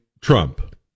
Trump